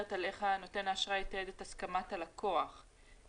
שמדברת על איך נותן האשראי יתעד את הסכמת הלקוח --- לא,